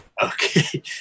Okay